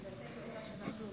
משרד השיכון,